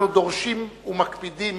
אנחנו דורשים ומקפידים